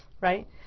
right